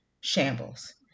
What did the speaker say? shambles